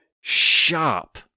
sharp